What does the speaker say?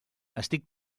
estic